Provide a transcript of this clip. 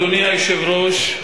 אדוני היושב-ראש,